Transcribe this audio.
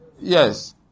yes